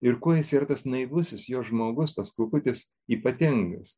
ir kuo jis yra tas naivusis jo žmogus tas kukutis ypatingas